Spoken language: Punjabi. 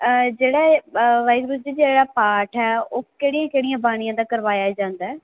ਜਿਹੜਾ ਵਾਹਿਗੁਰੂ ਜੀ ਜਿਹੜਾ ਪਾਠ ਹੈ ਉਹ ਕਿਹੜੀਆਂ ਕਿਹੜੀਆਂ ਬਾਣੀਆਂ ਦਾ ਕਰਵਾਇਆ ਜਾਂਦਾ